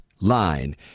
line